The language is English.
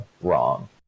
wrong